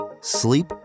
sleep